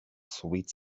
sweet